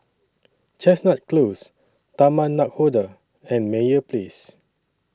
Chestnut Close Taman Nakhoda and Meyer Place